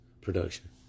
production